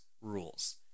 Rules